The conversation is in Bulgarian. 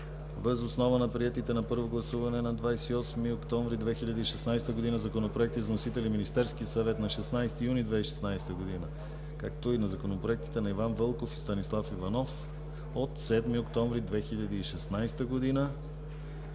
въз основа на приетите на първо гласуване на 28-и октомври 2016 г. законопроекти с вносители Министерски съвет на 16 юни 2016 г., както и на законопроектите на Иван Вълков и Станислав Иванов от 7 октомври 2016 г.